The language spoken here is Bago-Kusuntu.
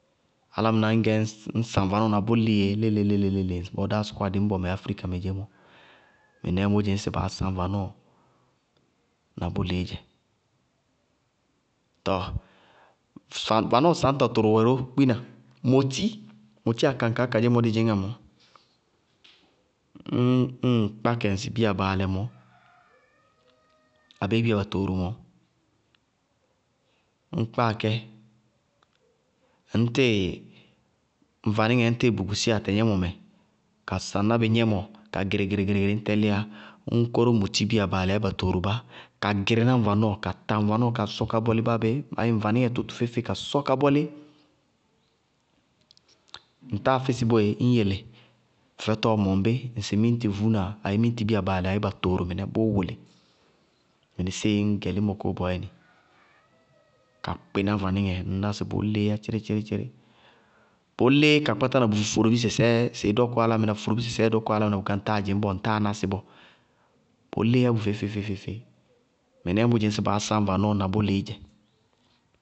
Álámɩná, ŋñ gɛ na ñ saŋ bʋ lɩ léle-léle-léle yéé ŋsɩ bɔɔ dáá sɔkɔwá dɩñbɔ mɛ afrika mɛ dzeémɔ mɩnɛɛ mʋ dzɩñŋsɩ baá sáñ na bʋlɩɩ vanɔɔdzɛ. Tɔɔ vanɔɔ sañtɔ tʋrʋwɛ ró, moti, moti akaŋkaá kadzémɔ dɩ dzɩñŋamɔɔ, ñŋ ŋ kpá kɛ ŋsɩ biya baalɛ mɔɔ abéé batooro mɔɔ, ñ kpáa kɛ, ŋñ tɩɩ, ŋ vanɩŋɛ, ŋñ yála tɩɩ bukusi bɩ atɛ gnɛmɔ mɛ ka saŋ ná bɩ gnɛmɔ, ka gɩrɩgɩrɩgɩrɩ, ñ tɛlɩyá, ññ kóró moti biya baalɛ ayéé batooro bá, ka gɩrɩ ná ŋ vanɔɔ, ka ta ŋ vanɔɔ, ka sɔ ka bɔlɩ baá bé, ayé ŋ vanɩŋɛ tʋ, tʋ feé-feé, ka sɔ ka bɔlɩ. Ŋ táa fɩsɩ boé, ññ yele fɛfɛtɔɔ mɔŋ bɩ ŋsɩ miñti vuúna abéé miñtibiya baalɛ ayé batooro mɩnɛ, bʋʋ wʋlɩ. Mɩnɩsɩɩ ñ gɛ lɩmɔ kóo bɔɔyɛnɩ ka kpɩná vanɩŋɛ, ŋñ ná sɩ bʋʋ lɩɩyá tchɩrɩthcɩrɩ. Bʋʋlɩ ka kpátá na bʋ foforobɩsɛ sɛɛɛ dɔkʋwá álámɩná, foforobɩsɛ sɛɛɛ dɔkʋwá álámɩná bʋká ŋtáa dzɩñ bɔɔ, ŋ táa ná sɩ bɔɔ, bʋʋ lɩɩyá feé-feé. Mɩnɛɛ mʋ dzɩñŋsɩ baá sáñ vanɔɔ na bʋlɩɩ dzɛ.